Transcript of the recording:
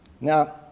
Now